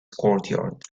courtyard